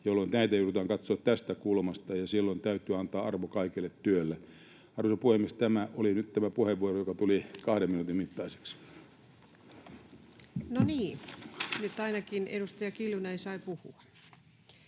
jolloin näitä joudutaan katsomaan tästä kulmasta, ja silloin täytyy antaa arvo kaikelle työlle. — Arvoisa puhemies! Tämä oli nyt tämä puheenvuoro, joka tuli kahden minuutin mittaiseksi. [Speech 162] Speaker: Ensimmäinen varapuhemies